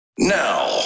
now